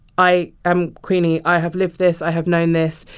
i am queenie. i have lived this. i have known this.